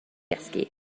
gysgu